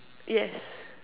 yes